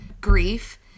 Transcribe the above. grief